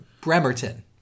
Bremerton